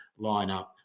lineup